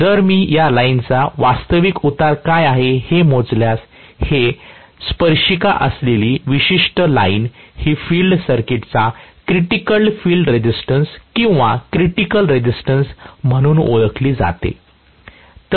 जर मी या लाइनचा वास्तविक उतार काय आहे हे मोजल्यास हे स्पर्शिका असलेली विशिष्ट लाईन ही फिल्ड सर्किटचा क्रिटिकल फील्ड रेसिस्टन्स किंवा क्रिटिकल रेसिस्टन्स म्हणून ओळखली जाते